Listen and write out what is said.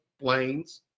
planes